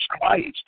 Christ